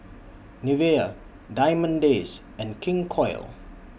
Nivea Diamond Days and King Koil